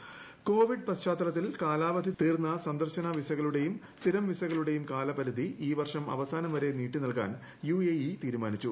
UAE covid പശ്ചാത്തലത്തിൽ കാലാവധി തീർന്ന സന്ദർശന വിസകളുടെയും സ്ഥിരം വിസകളുടെയും കാലപരിധി ഈ വർഷം അവസാനം വരെ നീട്ടി നൽകാൻ യുഎഇ തീരുമാനിച്ചു